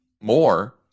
more